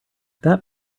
that